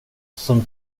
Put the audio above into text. som